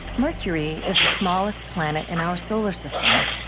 mercury is the smallest planet in our solar system.